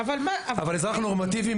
אבל אזרח נורמטיבי,